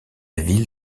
ville